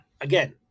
again